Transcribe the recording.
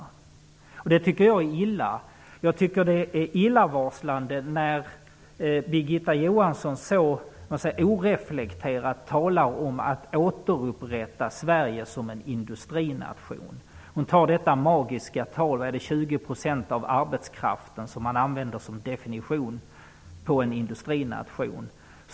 Det är illa. Det är också illavarslande när Birgitta Johansson så oreflekterat talar om att återupprätta Sverige som en industrination. Hon utgår från det magiska talet 20 % av arbetskraften, som man använder som definition på en industrination.